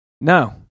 No